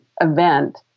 event